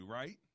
right